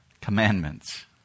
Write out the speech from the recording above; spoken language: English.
commandments